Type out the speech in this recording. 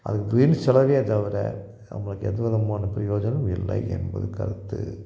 அது வீண் செலவே தவிர நம்மளுக்கு எந்த விதமான பிரயோஜனம் இல்லை என்பது கருத்து